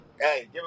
Hey